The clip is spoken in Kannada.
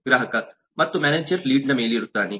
ಗ್ರಾಹಕ ಮತ್ತು ಮ್ಯಾನೇಜರ್ ಲೀಡ್ ನ ಮೇಲಿರುತ್ತಾನೆ